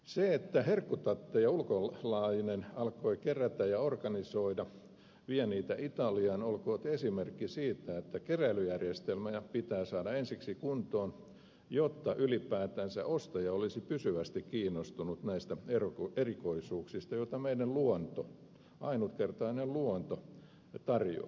se että ulkolainen alkoi kerätä herkkutatteja ja organisoida ja vie niitä italiaan olkoon esimerkki siitä että keräilyjärjestelmä pitää saada ensiksi kuntoon jotta ylipäätänsä ostaja olisi pysyvästi kiinnostunut näistä erikoisuuksista joita meidän luontomme ainutkertainen luonto tarjoaa